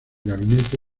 gabinete